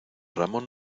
ramón